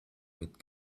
mit